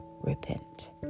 repent